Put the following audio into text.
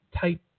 type